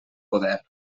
poder